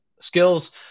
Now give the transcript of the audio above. skills